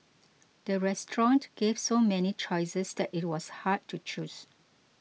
the restaurant gave so many choices that it was hard to choose